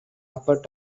upper